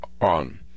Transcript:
on